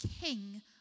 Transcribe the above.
king